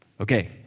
Okay